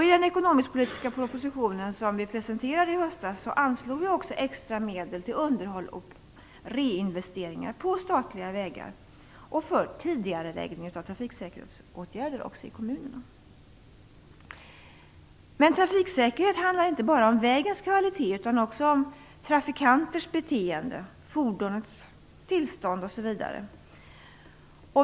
I den ekonomisk-politiska proposition som vi presenterade i höstas anslog vi också extra medel till underhåll och reinvesteringar på statliga vägar och för tidigareläggning av trafiksäkerhetsåtgärder också i kommunerna. Men trafiksäkerhet handlar inte bara om vägens kvalitet utan också om trafikanters beteende, fordonens tillstånd osv.